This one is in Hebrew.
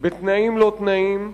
בתנאים לא תנאים,